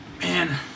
Man